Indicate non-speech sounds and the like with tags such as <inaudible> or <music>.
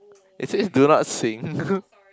it says do not sing <laughs>